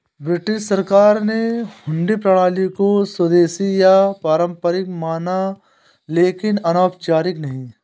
British सरकार ने हुंडी प्रणाली को स्वदेशी या पारंपरिक माना लेकिन अनौपचारिक नहीं